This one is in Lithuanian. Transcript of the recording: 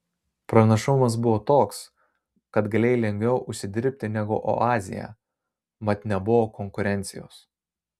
pranašumas buvo toks kad galėjai lengviau užsidirbti negu oazėje mat nebuvo konkurencijos